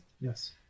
Yes